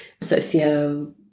socio